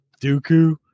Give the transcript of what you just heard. Dooku